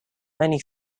many